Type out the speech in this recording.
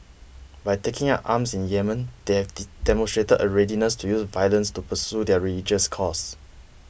by taking up arms in Yemen they have demonstrated a readiness to use violence to pursue their religious cause